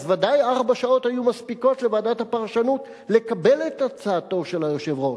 ודאי ארבע שעות היו מספיקות לוועדת הפרשנות לקבל את הצעתו של היושב-ראש,